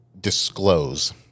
disclose